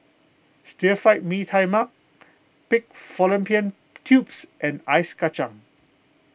Stir Fried Mee Tai Mak Pig Fallopian Tubes and Ice Kacang